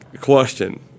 Question